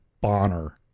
Bonner